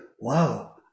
wow